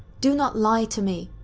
do not lie to me!